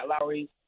Lowry